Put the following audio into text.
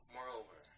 Moreover